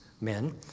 men